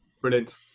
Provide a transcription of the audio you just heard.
Brilliant